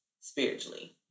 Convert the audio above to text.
spiritually